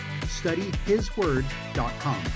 studyhisword.com